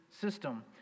system